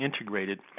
integrated